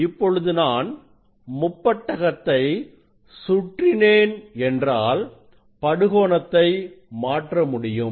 இப்பொழுது நான் முப்பட்டகத்தை சுற்றினேன் என்றாள் என்னால் படுகோணத்தை மாற்றமுடியும்